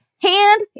Hand